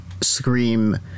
scream